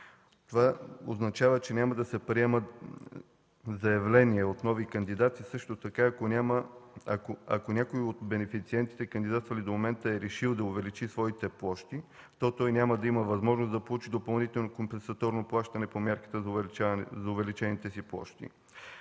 Това означава, че няма да се приемат заявления от нови кандидати. Също така ако някой от бенефициентите, кандидатствали до момента, е решил да увеличи своята площ, то той няма да има възможност да получи допълнително компенсаторно плащане по мярката за увеличените си площи.